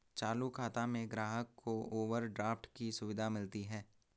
चालू खाता में ग्राहक को ओवरड्राफ्ट की सुविधा मिलती है